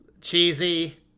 cheesy